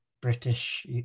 British